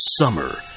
summer